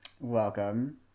Welcome